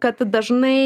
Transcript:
kad dažnai